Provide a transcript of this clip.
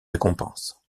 récompenses